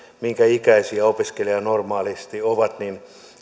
minkä ikäisiä opiskelijat normaalisti ovat ja